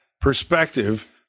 perspective